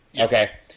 Okay